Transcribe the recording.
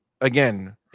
again